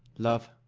love,